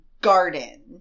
garden